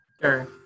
Sure